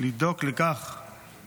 אם אנחנו רוצים לדאוג לכך שהנוער,